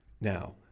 Now